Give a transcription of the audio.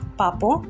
papo